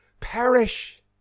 Perish